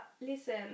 listen